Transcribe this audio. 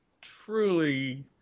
truly